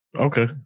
Okay